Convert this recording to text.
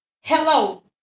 hello